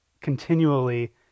continually